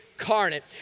incarnate